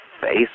face